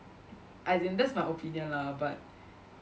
as in that's my opinion lah but